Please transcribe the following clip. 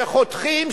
ש"חותכים",